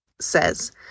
says